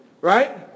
right